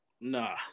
nah